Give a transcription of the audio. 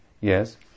yes